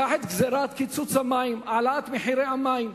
קח את גזירת קיצוץ המים, העלאת מחירי המים.